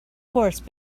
horse